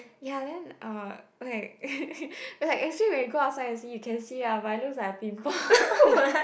ya then uh okay it's like actually when you go outside and see you can see ah but it looks like a pimple